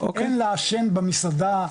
אין לעשן במסעדה,